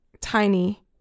tiny